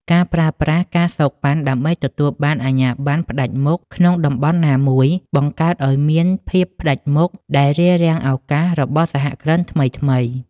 ការប្រើប្រាស់ ការសូកប៉ាន់ ដើម្បីទទួលបានអាជ្ញាបណ្ណផ្ដាច់មុខក្នុងតំបន់ណាមួយ បង្កើតឱ្យមានភាពផ្ដាច់មុខដែលរារាំងឱកាសរបស់សហគ្រិនថ្មីៗ។